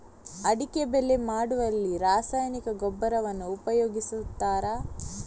ಅಡಿಕೆ ಬೆಳೆ ಮಾಡುವಲ್ಲಿ ರಾಸಾಯನಿಕ ಗೊಬ್ಬರವನ್ನು ಉಪಯೋಗಿಸ್ತಾರ?